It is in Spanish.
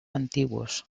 antiguos